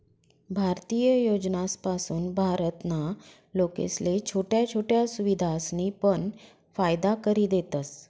भारतीय योजनासपासून भारत ना लोकेसले छोट्या छोट्या सुविधासनी पण फायदा करि देतस